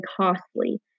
costly